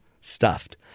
stuffed